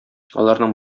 аларның